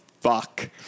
fuck